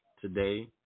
today